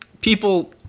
people